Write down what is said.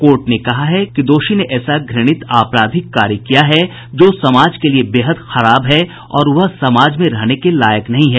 court ने कहा कि दोषी ने ऐसा घृणित आपराधिक कार्य किया है जो समाज के लिए बेहद खराब है और वह समाज में रहने के लायक नहीं हैं